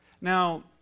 Now